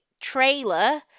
trailer